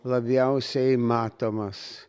labiausiai matomas